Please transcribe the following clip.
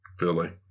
Philly